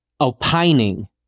opining